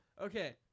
okay